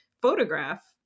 photograph